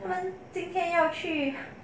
他们今天要去